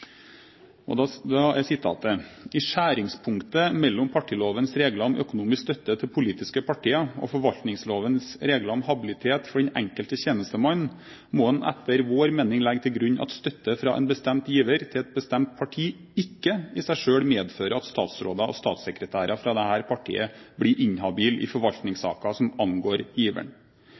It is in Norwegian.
skjæringspunktet mellom partilovens regler om økonomisk støtte til politiske partier og forvaltningslovens regler om habilitet for den enkelte tjenestemann må en etter vår mening legge til grunn at støtte fra en bestemt giver til et bestemt parti ikke i seg selv medfører at statsråder og statssekretærer fra dette partiet blir inhabile i forvaltnings-saker som angår giveren.